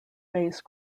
base